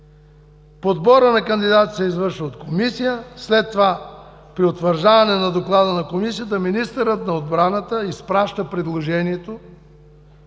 „Подборът на кандидат се извършва от комисия”. След това: „При утвърждаване на доклада на комисията министърът на отбраната изпраща предложението